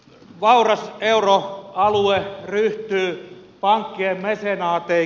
vauras euroalue ryhtyy pankkien mesenaatiksi